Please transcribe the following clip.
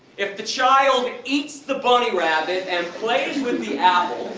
if the child and eats the bunny rabbit and plays with the apple,